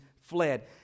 fled